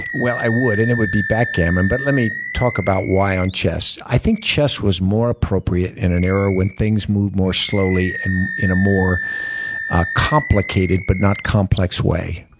well, i would, and it would be backgammon. but let me talk about why on chess. i think chess was more appropriate in an era when things moved more slowly and in a more ah complicated, but not complex way.